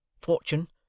fortune